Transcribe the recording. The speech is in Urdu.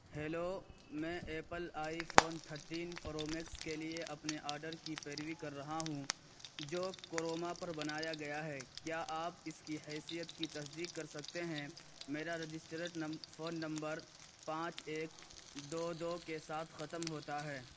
ہیلو میں Apple iPhone thirteen Pro Max کے لیے اپنے آرڈر کی پیروی کر رہا ہوں جو کروما پر بنایا گیا ہے کیا آپ اس کی حیثیت کی تصدیق کر سکتے ہیں میرا رجسٹرچ فون نمبر پانچ ایک دو دو کے ساتھ ختم ہوتا ہے